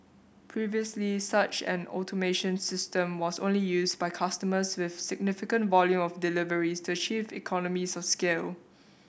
previously such an automation system was only used by customers with significant volume of deliveries to achieve economies of scale